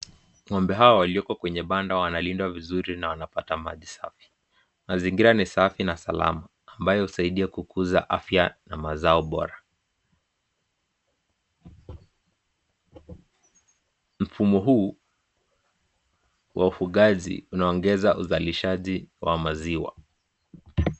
Ng'ombe hawa walioko kwenye banda wanalindwa vizuri na wanapata maji safi. Mazingira ni safi na salama ambayo husaidia kukuza afya na mazao bora. Mfumo huu wa ufugaji unaongeza uzalishaji wa maziwa.